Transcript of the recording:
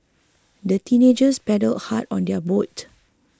the teenagers paddled hard on their boat